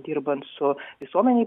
dirbant su visuomenėj